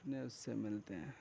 اپنے اُس سے ملتے ہیں